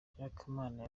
nyirakamana